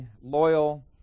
loyal